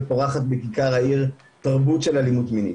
פורחת בכיכר העיר תרבות של אלימות מינית.